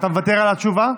אתה מוותר על התשובה?